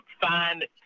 find